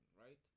right